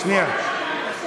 אדוני, רגע.